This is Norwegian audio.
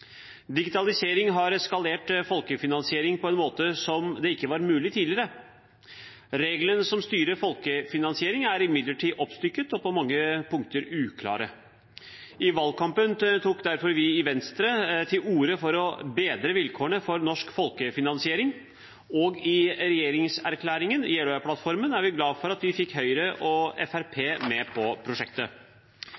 Digitalisering har skalert folkefinansiering på en måte som ikke var mulig tidligere. Reglene som styrer folkefinansiering, er imidlertid oppstykket og på mange punkter uklare. I valgkampen tok derfor vi i Venstre til orde for å bedre vilkårene for norsk folkefinansiering, og vi er glade for at vi i regjeringserklæringen, Jeløya-plattformen, fikk Høyre og